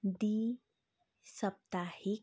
द्वि सप्ताहिक